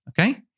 okay